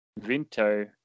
Vinto